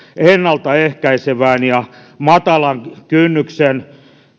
ennalta ehkäisevään ja matalan kynnyksen